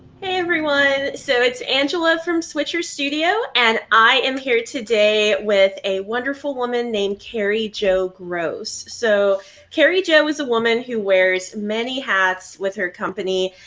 hey everyone. so it's angela from switcher studio and i am here today with a wonderful woman named carrie jo gros. so carrie jo is a woman who wears many hats with her company.